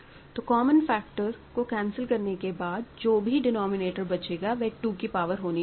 तो common factor को cancel करने के बाद जो भी डिनोमिनेटर बचेगा वह 2 की पावर होनी चाहिए